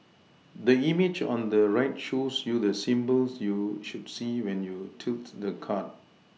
the image on the right shows you the symbols you should see when you tilt the card